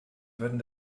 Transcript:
würden